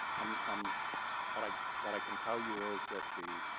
um what like what i can tell you is that the